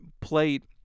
plate